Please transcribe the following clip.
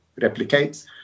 replicates